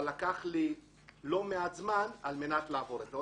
לקחת לי לא מעט זמן על מנת לעבור את זה.